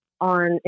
on